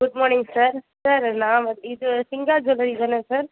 good morning sir sir நான் வந்து இது சிங்கா ஜுவல்லரி தானே சார்